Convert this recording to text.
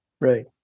Right